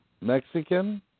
Mexican